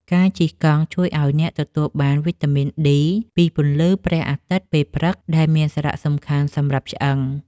ការជិះកង់ជួយឱ្យអ្នកទទួលបានវីតាមីនឌី ពីពន្លឺព្រះអាទិត្យពេលព្រឹក ដែលមានសារៈសំខាន់សម្រាប់ឆ្អឹង។